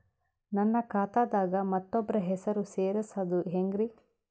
ನನ್ನ ಖಾತಾ ದಾಗ ಮತ್ತೋಬ್ರ ಹೆಸರು ಸೆರಸದು ಹೆಂಗ್ರಿ?